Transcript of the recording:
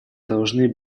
должны